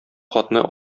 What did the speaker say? хатны